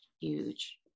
huge